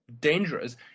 dangerous